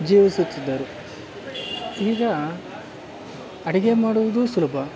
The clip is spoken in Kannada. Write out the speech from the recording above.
ಜೀವಿಸುತ್ತಿದ್ದರು ಈಗ ಅಡಿಗೆ ಮಾಡುವುದು ಸುಲಭ